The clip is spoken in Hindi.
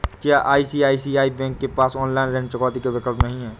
क्या आई.सी.आई.सी.आई बैंक के पास ऑनलाइन ऋण चुकौती का विकल्प नहीं है?